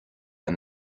and